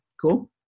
Cool